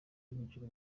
ibyiciro